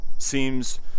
seems